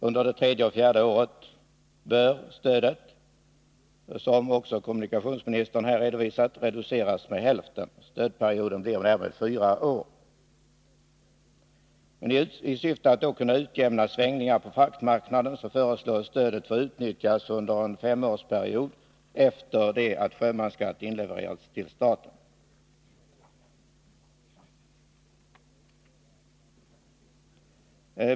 Under det tredje och fjärde året bör stödet, som också kommunikationsministern här har redovisat, reduceras med hälften. Stödperioden blir därmed fyra år. I syfte att kunna utjämna svängningar på fraktmarknaden föreslås stödet få utnyttjas under en femårsperiod efter det att sjömansskatt inlevererats till staten.